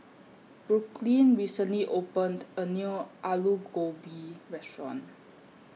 Brooklyn recently opened A New Alu Gobi Restaurant